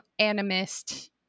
animist